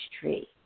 tree